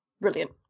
Brilliant